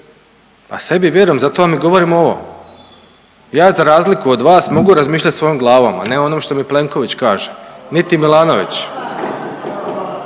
A sebi vjerujem zato vam i govorim ovo. Ja za razliku od vas mogu razmišljati svojom glavom, a ne onom što mi Plenković kaže niti Milanović.